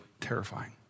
terrifying